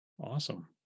Awesome